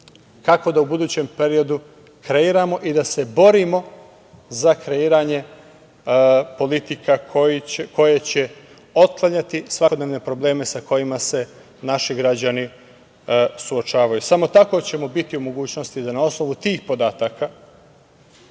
kako da u budućem periodu kreiramo i da se borimo za kreiranje politika koje će otklanjati svakodnevne probleme sa kojima se naši građani suočavaju. Samo tako ćemo biti u mogućnosti da na osnovu tih podataka